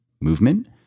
movement